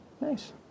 Nice